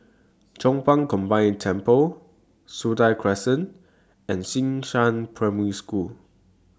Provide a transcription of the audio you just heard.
Chong Pang Combined Temple Sentul Crescent and Xishan Primary School